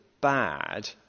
bad